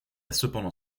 cependant